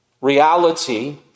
reality